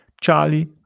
Charlie